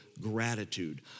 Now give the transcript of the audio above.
gratitude